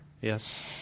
Yes